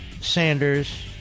Sanders